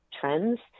trends